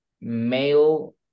male